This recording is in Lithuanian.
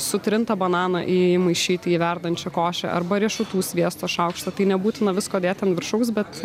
sutrintą bananą įmaišyti į verdančią košę arba riešutų sviesto šaukštą tai nebūtina visko dėti ant viršaus bet